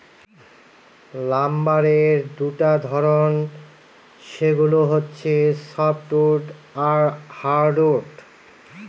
লাম্বারের দুটা ধরন, সেগুলো হচ্ছে সফ্টউড আর হার্ডউড